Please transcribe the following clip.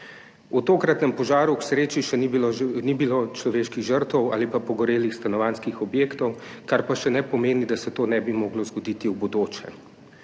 V tokratnem požaru k sreči ni bilo človeških žrtev ali pa pogorelih stanovanjskih objektov, kar pa še ne pomeni, da se to ne bi moglo zgoditi v bodoče,